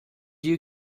you